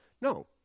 No